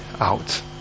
out